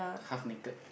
half naked